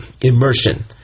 immersion